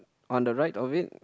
on the right of it